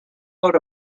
out